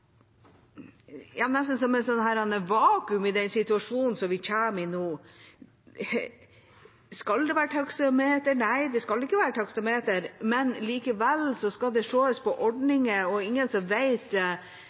nesten er som et vakuum i den situasjonen vi kommer i nå. Skal det være taksameter? Nei, det skal ikke være taksameter, men likevel skal det ses på